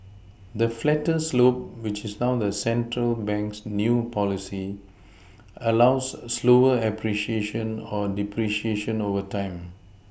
the flatter slope which is now the central bank's new policy allows slower appreciation or depreciation over time